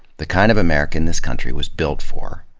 the kind of american this country was built for,